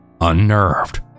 Unnerved